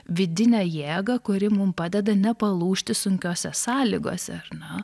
vidinę jėgą kuri mum padeda nepalūžti sunkiose sąlygose ar ne